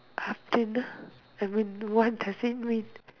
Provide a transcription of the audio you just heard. அப்படினா:appadinaa I mean what does it mean